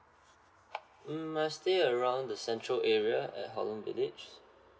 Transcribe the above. mm I stay around the central area at holland village